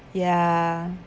ya